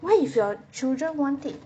what if your children want it